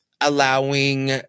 allowing